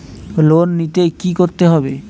Loan নিতে কী করতে হবে?